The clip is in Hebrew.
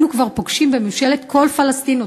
אנו כבר פוגשים בממשלת כל פלסטין,